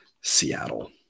Seattle